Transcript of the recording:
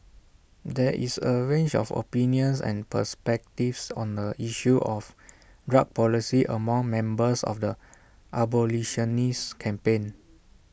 there is A range of opinions and perspectives on the issue of drug policy among members of the abolitionist campaign